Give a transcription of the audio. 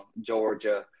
Georgia